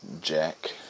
Jack